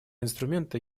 инструмента